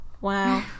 wow